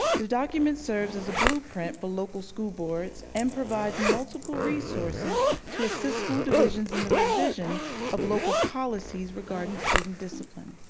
this document serves as a blueprint for local school boards and provides multiple resources to assist school divisions in the revision of local policies regarding student discipline.